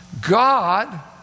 God